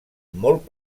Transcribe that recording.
molt